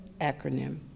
acronym